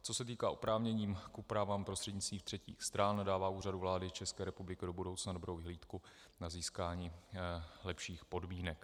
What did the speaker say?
Co se týká oprávnění k úpravám prostřednictvím třetích stran, dává Úřad vlády České republiky do budoucna dobrou vyhlídku na získání lepších podmínek.